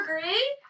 agree